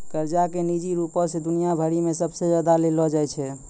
कर्जा के निजी रूपो से दुनिया भरि मे सबसे ज्यादा लेलो जाय छै